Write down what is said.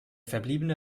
verbliebene